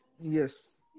Yes